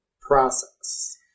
process